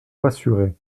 rassurer